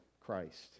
Christ